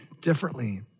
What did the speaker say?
differently